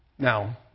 Now